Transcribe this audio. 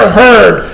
heard